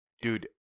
dude